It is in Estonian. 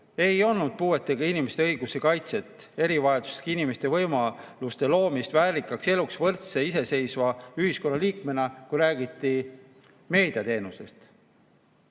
ei olnud puudega inimeste õiguste kaitset, erivajadusega inimestele võimaluste loomist väärikaks eluks võrdse, iseseisva ühiskonnaliikmena, kui räägiti meediateenustest.